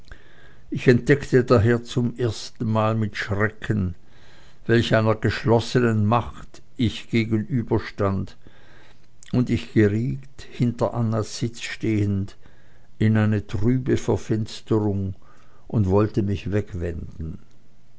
ich entdeckte daher zum ersten mal mit schrecken welch einer geschlossenen macht ich gegenüberstand und ich geriet hinter annas sitz stehend in eine trübe verfinsterung und wollte mich wegwenden